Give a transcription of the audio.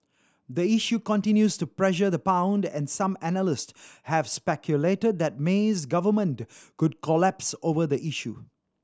the issue continues to pressure the pound and some analysts have speculated that May's government could collapse over the issue